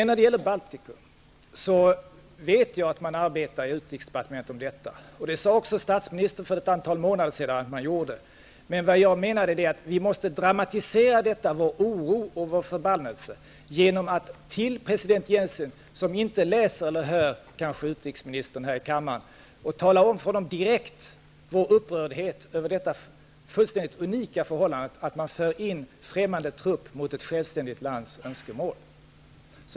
När det gäller Baltikum vet jag att man i utrikesdepartementet arbetar med detta. Det sade också statsministern för ett antal månader sedan att man gjorde. Men jag menar att vi måste dramatisera vår oro och förbannelse genom att till president Jeltsin -- som inte läser eller hör utrikesministern här i kammaren -- direkt tala om vår upprördhet över det fullständigt unika förhållandet, att man för in främmande trupp mot ett självständigt lands önskemål.